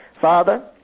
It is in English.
Father